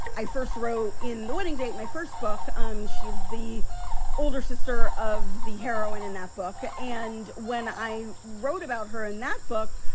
i first wrote in the wedding date my first book. um she's the older sister of the heroine in that book. and when i wrote about her in that book,